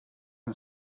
and